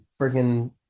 freaking